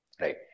Right